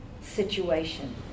situation